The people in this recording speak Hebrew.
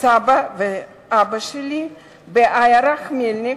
סבא ואת אבא שלי בעיירה היהודית חמלניק,